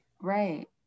right